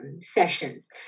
sessions